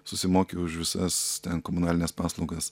susimoki už visas ten komunalines paslaugas